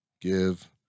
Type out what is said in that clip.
give